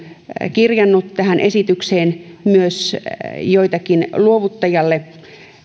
kirjannut esitykseen myös joitakin luovuttajalle